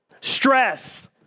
stress